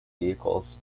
vehicles